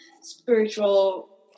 spiritual